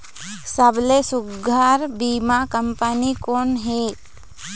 सबले सुघ्घर बीमा कंपनी कोन हवे?